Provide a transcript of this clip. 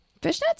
Fishnets